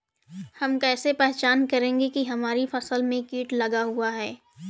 हम कैसे पहचान करेंगे की हमारी फसल में कीट लगा हुआ है?